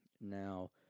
Now